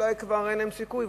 שאולי כבר אין להם סיכוי,